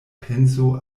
penso